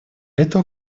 это